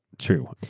true,